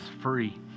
free